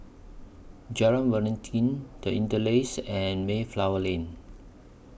Jalan The Interlace and Mayflower Lane